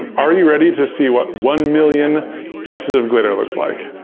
are you ready to see what one million pieces of glitter looks like?